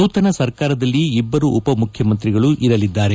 ನೂತನ ಸರ್ಕಾರದಲ್ಲಿ ಇಬ್ಬರು ಉಪಮುಖ್ಯಮಂತ್ರಿಗಳು ಇರಲಿದ್ದಾರೆ